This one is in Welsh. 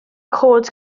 cod